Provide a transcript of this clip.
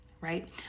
right